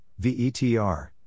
VETR